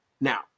Now